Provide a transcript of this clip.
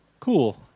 Cool